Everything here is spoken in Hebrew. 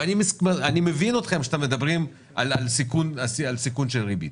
ואני מבין אתכם שאתם מדברים על סיכון של ריבית,